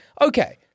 okay